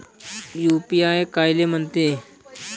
UPI कायले म्हनते?